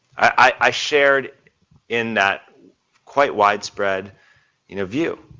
i shared in that quite widespread you know view.